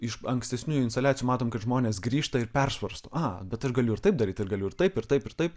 iš ankstesniųjų instaliacijų matom kad žmonės grįžta ir persvarsto a bet aš galiu taip daryti galiu ir taip ir taip ir taip